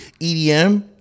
edm